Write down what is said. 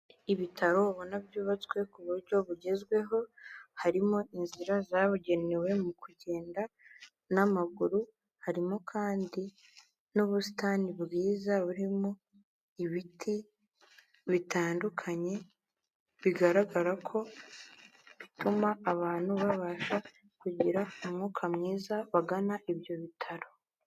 Ibitaro ubona byubatswe ku buryo bugezweho harimo inzira zabugenewe mu kugenda n'amaguru, harimo kandi n'ubusitani bwiza burimo ibiti bitandukanye bigaragara ko bituma abantu babasha kugira umwuka mwiza bagana ibyo bitaro.